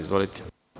Izvolite.